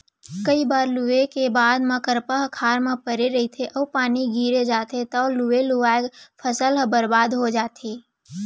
कइ बार लूए के बाद म करपा ह खार म परे रहिथे अउ पानी गिर जाथे तव लुवे लुवाए फसल ह बरबाद हो जाथे